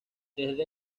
desde